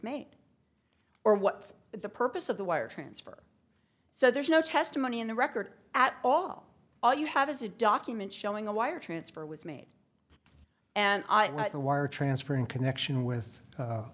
made or what the purpose of the wire transfer so there's no testimony in the record at all all you have is a document showing a wire transfer was made and the wire transfer in connection with